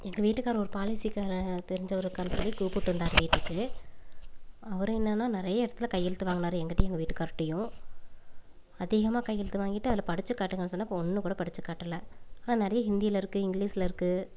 எங்கள் வீட்டுக்கார் ஒரு பாலிசிக்காரை தெரிஞ்சவர் இருக்காருனு சொல்லி கூப்பிட்டு வந்தார் வீட்டுக்கு அவர் என்னென்னா நிறைய இடத்துல கையெழுத்து வாங்குனார் எங்கிட்டேயும் எங்கள் வீட்டுக்காருகிட்டையும் அதிகமாக கையெழுத்து வாங்கிட்டு அதில் படித்து காட்டுங்கன்னு சொன்னால் அப்போ ஒன்று கூட படித்து காட்டல ஆனால் நிறைய ஹிந்தியில் இருக்குது இங்கிலிஷில் இருக்குது